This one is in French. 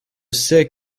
sais